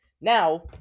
Now